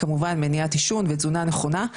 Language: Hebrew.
מניעת עישון ותזונה נכונה.